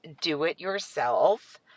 do-it-yourself